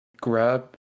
grab